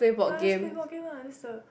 ya just play board games ah that's the